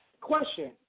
question